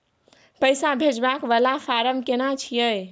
पैसा भेजबाक वाला फारम केना छिए?